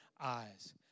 eyes